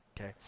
Okay